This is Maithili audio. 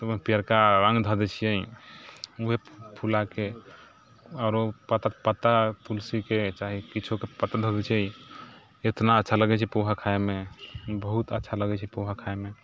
तऽ ओइमे पियरका रङ्ग धऽ दै छियै उहे फुलाके आओर पातर पातर तुलसीके चाहे किछोके पत्ता धऽ दै छियै एतना अच्छा लगै छै पोहा खाइमे बहुत अच्छा लगै छै पोहा खाइमे